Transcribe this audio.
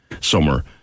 summer